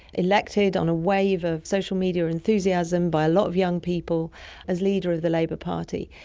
elected on a wave of social media enthusiasm by a lot of young people as leader the labour party,